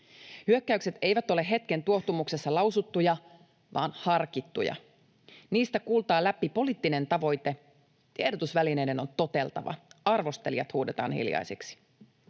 Hyökkäykset eivät ole hetken tuohtumuksessa lausuttuja vaan harkittuja. Niistä kuultaa läpi poliittinen tavoite: Tiedotusvälineiden on toteltava. Arvostelijat huudetaan hiljaisiksi.